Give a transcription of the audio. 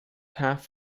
half